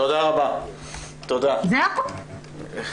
זה הכול.